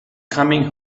coming